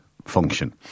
Function